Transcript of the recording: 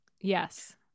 yes